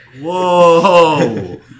Whoa